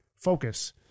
focus